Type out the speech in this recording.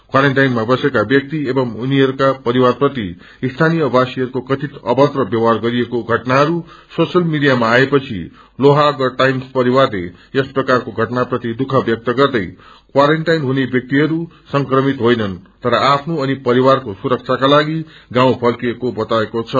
क्वारेन्टाईनमा बसेका व्याक्ति एवं उनीहरूको परिवार प्रति सीनीय वासीहरूको कथित अभद्र व्यवहार गरिएके घटनाहरू सोसल मिडियामा आएपछि लोह्मगढ़ टाइम्स परिवारले यस प्रकारको घटना प्रति दुःख व्यक्त गर्दै क्वारेन्टाईन हुने व्याक्तिहरू संक्रमित होनन् तर आफ्नो अनि परविारको सुरक्षाका सागि गाउँ फर्फिएको बताएको छ